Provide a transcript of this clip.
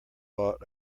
bought